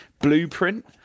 blueprint